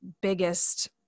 biggest